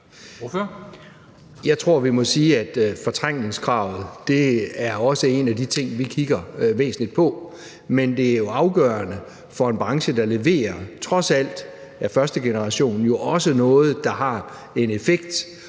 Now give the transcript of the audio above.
Jeg tror, at vi må sige, at fortrængningskravet også er en af de ting, vi kigger meget på. Men det er jo afgørende for en branche, der leverer, at første generation trods alt også er noget, der har en effekt,